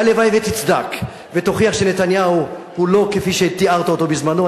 והלוואי שתצדק ותוכיח שנתניהו הוא לא כפי שתיארת אותו בזמנו,